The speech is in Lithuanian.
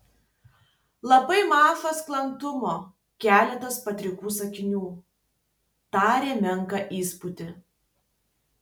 labai maža sklandumo keletas padrikų sakinių darė menką įspūdį